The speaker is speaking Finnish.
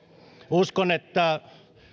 uskon että